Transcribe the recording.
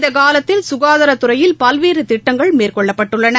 இந்த காலத்தில் சுகாதாரத்துறையில் பல்வேறு திட்டங்கள் மேற்கொள்ளப்பட்டுள்ளன